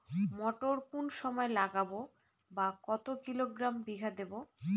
মটর কোন সময় লাগাবো বা কতো কিলোগ্রাম বিঘা দেবো?